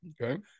Okay